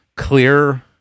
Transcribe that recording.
clear